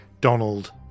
Donald